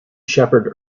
shepherd